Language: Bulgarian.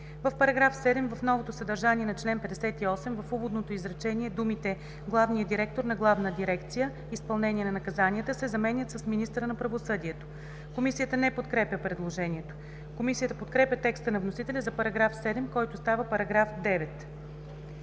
„В § 7, в новото съдържание на чл. 58, в уводното изречение думите „главния директор на Главна дирекция „Изпълнение на наказанията“ се заменят с „министъра на правосъдието“.“ Комисията не подкрепя предложението. Комисията подкрепя текста на вносителя за § 7, който става § 9.